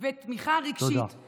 ותמיכה רגשית, תודה.